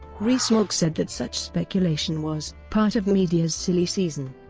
rees-mogg said that such speculation was part of media's silly season.